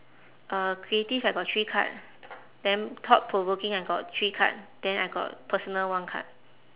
uh creative I got three card then thought-provoking I got three card then I got personal one card